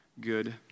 good